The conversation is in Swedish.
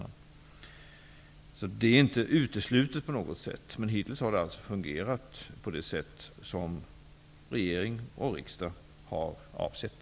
Så det är inte på något sätt uteslutet, men det har hittills fungerat på det sätt som regering och riksdag har avsett.